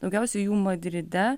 daugiausia jų madride